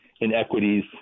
inequities